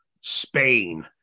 Spain